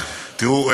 תראו,